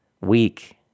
Weak